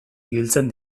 ibiltzen